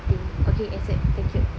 waiting okay accept thank you